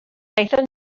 aethon